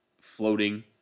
floating